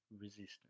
resistance